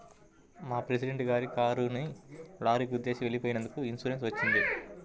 మా ప్రెసిడెంట్ గారి కారుని లారీ గుద్దేసి వెళ్ళిపోయినందుకు ఇన్సూరెన్స్ వచ్చింది